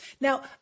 Now